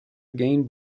again